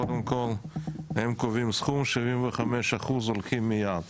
קודם כל הם קובעים סכום 75% הולכים מיד.